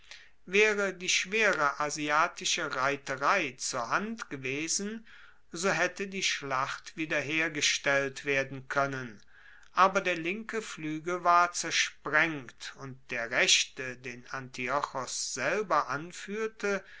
waere die schwere asiatische reiterei zur hand gewesen so haette die schlacht wiederhergestellt werden koennen aber der linke fluegel war zersprengt und der rechte den antiochos selber anfuehrte